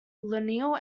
lionel